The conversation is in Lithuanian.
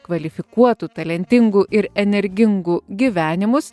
kvalifikuotų talentingų ir energingų gyvenimus